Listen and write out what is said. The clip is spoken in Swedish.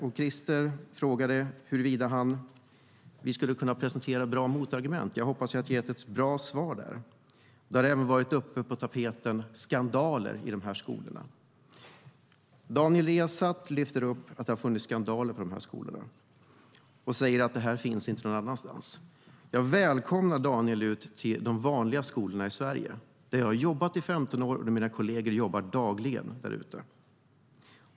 Christer Nylander frågade om vi kunde presentera bra motargument. Jag hoppas att jag har gett ett bra svar där. Även skandaler i de här skolorna har varit på tapeten. Daniel Riazat lyfte upp att det har funnits skandaler där och att det inte finns någon annanstans. Jag välkomnar Daniel ut till de vanliga skolorna i Sverige, där jag har jobbat i 15 år och där mina kolleger jobbar dagligen.